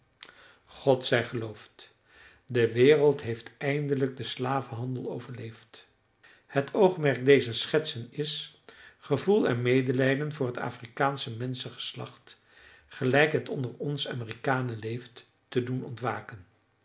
god zij geloofd de wereld heeft eindelijk den slavenhandel overleefd het oogmerk dezer schetsen is gevoel en medelijden voor het afrikaansche menschengeslacht gelijk het onder ons amerikanen leeft te doen ontwaken